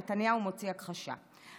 נתניהו מוציא הכחשה,